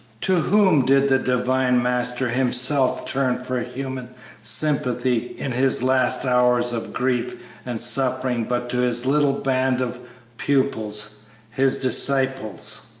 to whom did the divine master himself turn for human sympathy in his last hours of grief and suffering but to his little band of pupils his disciples?